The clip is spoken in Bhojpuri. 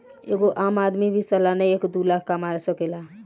एगो आम आदमी भी सालाना एक दू लाख कमा सकेला